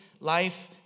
life